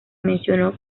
mencionó